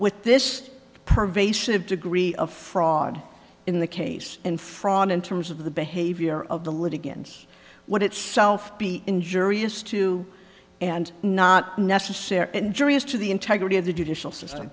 with this pervasive degree of fraud in the case and fraud in terms of the behavior of the litigants what itself be injurious to and not necessarily injurious to the integrity of the judicial system